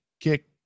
kick